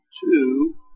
two